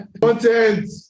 Content